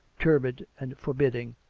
turbid and forbidding.